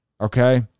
Okay